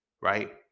right